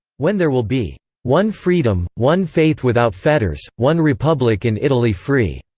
when there will be one freedom, one faith without fetters, one republic in italy free!